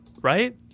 Right